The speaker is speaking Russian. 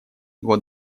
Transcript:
год